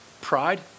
pride